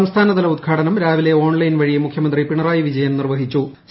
സംസ്ഥാനതല ഉദ്ഘാടനം രാവിലെ ഓൺലൈൻ വഴി മുഖ്യമന്ത്രി പിണറായി വിജയൻ നിർവഹിച്ചു